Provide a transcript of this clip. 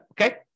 Okay